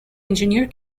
engineer